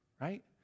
right